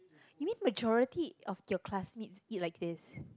you mean majority of your classmates eat like this